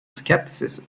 scepticism